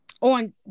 on